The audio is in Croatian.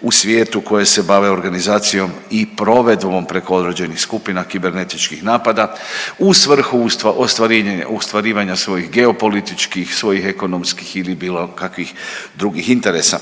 u svijetu koje se bave organizacijom i provedbom preko određenih skupina kibernetičkih napada u svrhu ostvarivanja svojih geopolitičkih, svojih ekonomskih ili bilo kakvih drugih interesa.